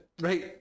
right